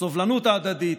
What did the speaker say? הסובלנות ההדדית,